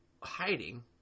Hiding